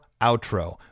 outro